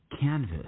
canvas